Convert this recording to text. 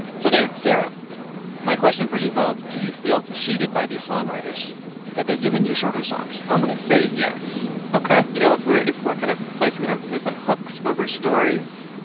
so dan, sarah my question for you both do you feel cheated by these songwriters that they're giving you shorter songs? i'm going to say yes ok you know, if we're if we're kind of placing an emphasis on hooks over stories,